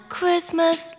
Christmas